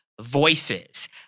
voices